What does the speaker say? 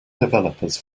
developers